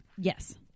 yes